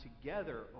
together